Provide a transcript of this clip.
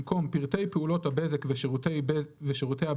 במקום "פרטי פעולות הבזק ושירותי בזק